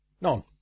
None